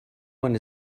one